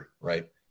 right